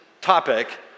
topic